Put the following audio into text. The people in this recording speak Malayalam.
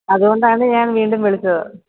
അതുകൊണ്ടാണ് ഞാൻ വീണ്ടും വിളിച്ചത്